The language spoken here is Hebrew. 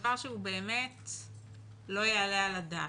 דבר שהוא באמת לא יעלה על הדעת.